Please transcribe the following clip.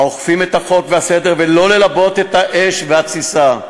האוכפים את החוק והסדר, ולא ילבו את האש והתסיסה.